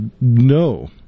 no